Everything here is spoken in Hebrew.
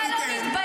אתה לא מתבייש.